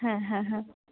হ্যাঁ হ্যাঁ হ্যাঁ